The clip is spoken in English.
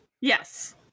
Yes